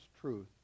truth